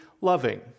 loving